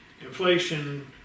inflation